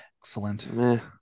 excellent